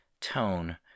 tone